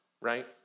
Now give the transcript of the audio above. right